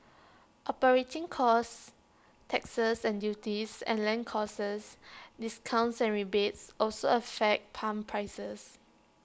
operating costs taxes and duties and land costs discounts and rebates also affect pump prices